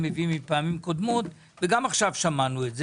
הציג בפעמים הקודמות וגם עכשיו שמענו את זה.